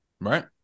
Right